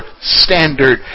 standard